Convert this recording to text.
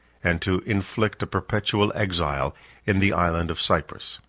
and to inflict a perpetual exile in the island of cyprus.